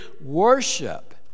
worship